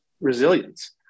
resilience